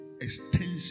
extension